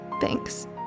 Thanks